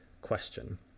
question